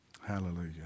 Hallelujah